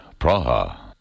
Praha